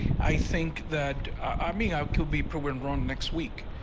i think that i mean how could be proven wrong next week.